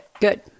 Good